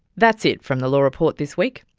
that's it from the law report this week.